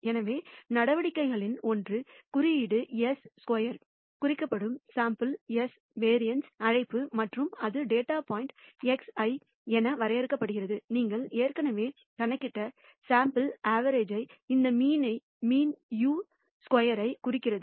எனவே நடவடிக்கைகளில் ஒன்று குறியீடூ s ஸ்கொயர் குறிக்கப்படும் சாம்பிள் வேரியன்ஸ் அழைப்பது மற்றும் அது டேட்டா பாயிண்ட் x i என வரையறுக்கப்படுகிறது நீங்கள் ஏற்கனவே கணக்கிட்ட சாம்பிள் அவரேஜ் இந்த மீன் u ஸ்கொயர் ஐ குறிக்கிறது